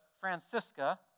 Francisca